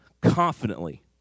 confidently